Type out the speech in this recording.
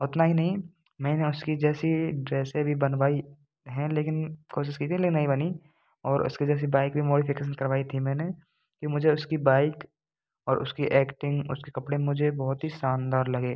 उतना ही नहीं मैंने उसके जैसी ड्रेसें भी बनवाई हैं लेकिन कोशिश की थी लेकिन नहीं बनी और उसके जैसी बाइक भी मोडीफिकेसन भी करवाई थी मैंने कि मुझे उसकी बाइक और उसकी ऐक्टिंग उसके कपड़े मुझे बहुत ही शानदार लगे